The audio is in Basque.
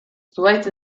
zuhaitz